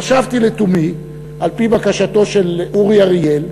חשבתי לתומי, על-פי בקשתו של אורי אריאל,